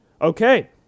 Okay